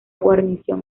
guarnición